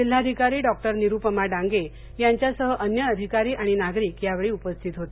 जिल्हाधिकारी डॉ निरुपमा डांगे यांच्यासह अन्य अधिकारी आणि नागरिक यावेळी उपस्थित होते